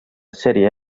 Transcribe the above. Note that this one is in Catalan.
sèrie